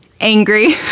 angry